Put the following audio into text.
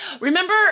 Remember